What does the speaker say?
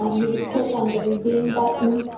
um you would click on the redeem button,